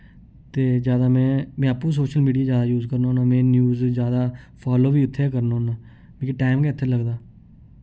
ते जैदा में में आपूं सोशल मीडिया जैदा यूज करना होन्ना में न्यूज जैदा फालो बी उत्थै करना होन्ना मिकी टाइम गै इत्थै लगदा